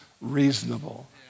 reasonable